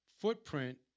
footprint